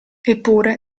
eppure